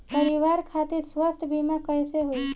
परिवार खातिर स्वास्थ्य बीमा कैसे होई?